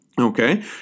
Okay